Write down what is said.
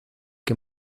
que